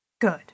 Good